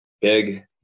big